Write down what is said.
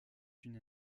une